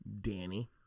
Danny